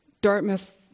Dartmouth